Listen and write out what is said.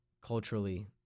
culturally